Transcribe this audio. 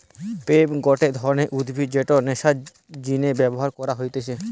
hemp গটে ধরণের উদ্ভিদ যেটা নেশার জিনে ব্যবহার কইরা হতিছে